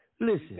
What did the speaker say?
Listen